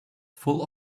full